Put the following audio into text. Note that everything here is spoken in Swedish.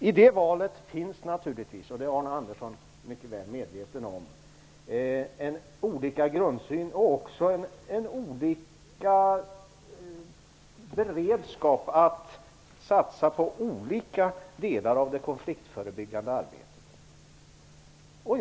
I det valet finns naturligtvis - och det är Arne Andersson mycket väl medveten om - olika grundsyn och olika beredskap att satsa på olika delar av det konfliktförebyggande arbetet.